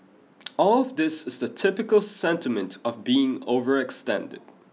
all of this is the typical sentiment of being overextended